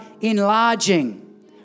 enlarging